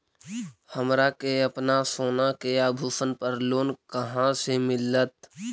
हमरा के अपना सोना के आभूषण पर लोन कहाँ से मिलत?